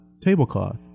tablecloth